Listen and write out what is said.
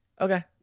Okay